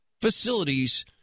facilities